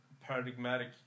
paradigmatic